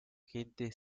gente